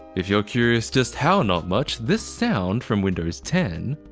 if you're curious just how not much, this sound from windows ten.